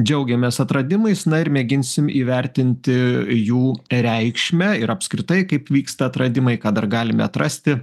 džiaugiamės atradimais na ir mėginsim įvertinti jų reikšmę ir apskritai kaip vyksta atradimai ką dar galime atrasti